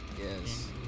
Yes